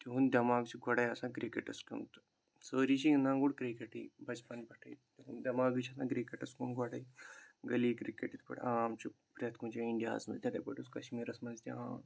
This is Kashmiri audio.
تِہُنٛد دٮ۪ماغ چھُ گۅڈے آسان کِرِکِٹَس کُن سأرِی چھِ گِنٛدان گۅڈٕ کِرکِٹٕے بَچپَن پٮ۪ٹھٕے دٮ۪ماغٕے چھِ آسان کِرِکِٹَس کُن گۅڈے گٔلی کِرکِٹ یِتھٕ پٲٹھۍ عام چھُ پرٛٮ۪تھ کُنہِ جایہِ اِنڈیاہَس منٛز یِتھٕے پٲٹھۍ اوس کَشمیٖرَس منٛز تہِ عام